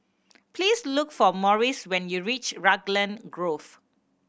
please look for Morris when you reach Raglan Grove